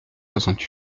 soixante